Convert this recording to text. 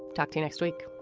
talk to you next week